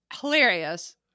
hilarious